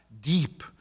deep